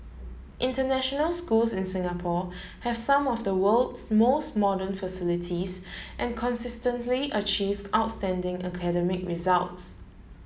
international schools in Singapore have some of the world's most modern facilities and consistently achieve outstanding academic results